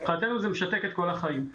מבחינתנו, זה משתק את כל החיים.